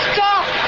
Stop